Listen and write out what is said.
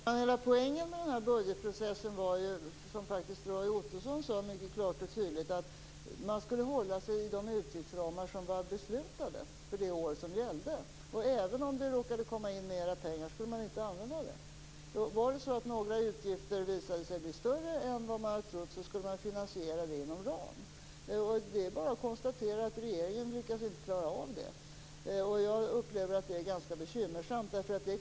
Herr talman! Hela poängen med budgetprocessen var, som Roy Ottosson sade mycket klart och tydligt, att man skulle hålla sig inom de utgiftsramar som var beslutade för det år det gällde. Även om det råkade komma in mer pengar skulle man inte använda dem. Var det så att några utgifter visade sig bli större än vad man trott skulle man finansiera det inom ramen. Det är bara att konstatera att regeringen inte har lyckats att klara av det. Jag upplever att det är ganska bekymmersamt.